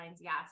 yes